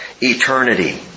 eternity